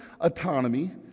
autonomy